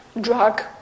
drug